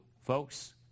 folks